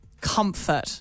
Comfort